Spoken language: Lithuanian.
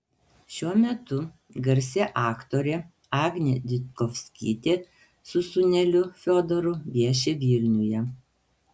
šiuo metu garsi aktorė agnė ditkovskytė su sūneliu fiodoru vieši vilniuje